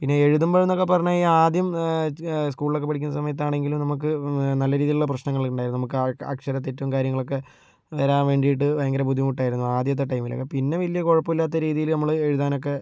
പിന്നെ എഴുതുമ്പോൾ എന്നൊക്കെ പറഞ്ഞു കഴിഞ്ഞാൽ ആദ്യം സ്കൂളിലൊക്കെ പഠിക്കുന്ന സമയത്താണെങ്കിലും നമുക്ക് നല്ല രീതിയിലുള്ള പ്രശ്നനങ്ങള് ഉണ്ടായിരുന്നു നമുക്ക് അക്ഷരത്തെറ്റും കാര്യങ്ങളൊക്കെ വരാൻ വേണ്ടിയിട്ട് ഭയങ്കര ബുദ്ധിമുട്ടായിരുന്നു ആദ്യത്തെ ടൈമിലൊക്കെ പിന്നെ വലിയ കുഴപ്പമില്ലാത്ത രീതിയില് നമ്മള് എഴുതാനൊക്കെ